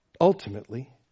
ultimately